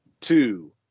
two